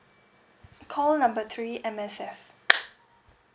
call number three M_S_F